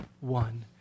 one